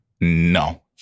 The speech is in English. No